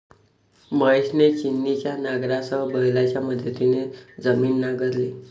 महेशने छिन्नीच्या नांगरासह बैलांच्या मदतीने जमीन नांगरली